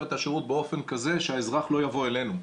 את השירות באופן כזה שהאזרח לא יבוא אלינו.